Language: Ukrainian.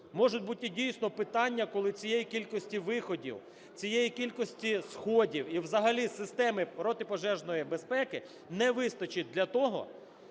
можуть бути дійсно питання, коли цієї кількості виходів, цієї кількості сходів і взагалі системи протипожежної безпеки не вистачить для того,